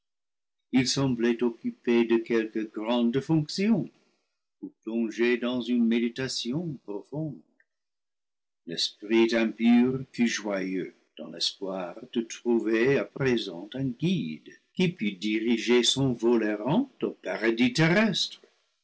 il semblait occupé de quelque grande fonction ou plonge dans une méditation profonde l'esprit impur fut joyeux dans l'espoir de trouver à présent un guide qui pût diriger son vol errant au paradis terrestre